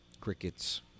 Crickets